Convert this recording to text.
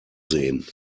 sehen